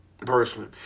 personally